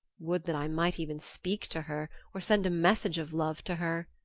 would that i might even speak to her or send a message of love to her,